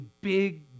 big